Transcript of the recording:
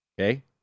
Okay